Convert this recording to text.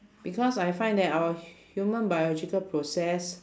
because I find that our hu~ human biological process